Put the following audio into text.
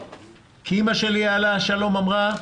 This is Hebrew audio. אמא שלי עליה השלום אמרה,